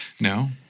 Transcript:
No